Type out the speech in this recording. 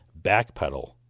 backpedal